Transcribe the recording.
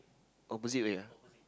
opposite way ah